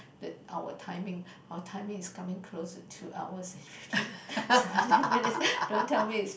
the our timing our timing is coming close to two hours and seventeen minutes don't tell me it's